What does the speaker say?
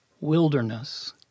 wilderness